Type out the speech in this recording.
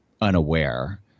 unaware